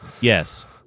Yes